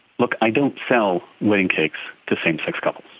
look, i don't sell wedding cakes to same-sex couples.